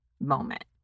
moment